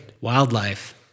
Wildlife